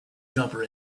jumper